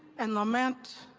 and lament,